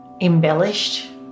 embellished